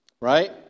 Right